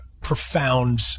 profound